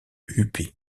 huppé